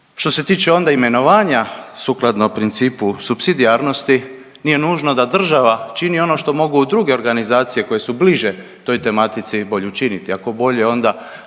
Što se tiče onda imenovanja sukladno principu supsidijarnosti nije nužno da država čini ono što mogu druge organizacije koje su bliže toj tematici bolje učiniti,